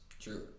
True